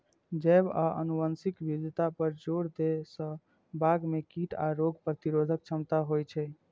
जैव आ आनुवंशिक विविधता पर जोर दै सं बाग मे कीट आ रोग प्रतिरोधक क्षमता होइ छै